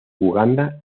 uganda